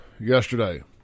yesterday